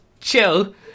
chill